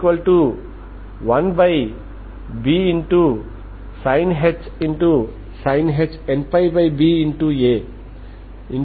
కాబట్టి ఇది లాప్లేస్ సమీకరణం సరేనా దీనిని మనం పరిష్కరించగలము